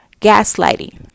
gaslighting